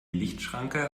lichtschranke